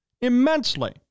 Immensely